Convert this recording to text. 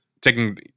taking